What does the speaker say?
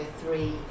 three